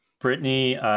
Brittany